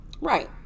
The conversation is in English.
Right